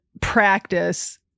practice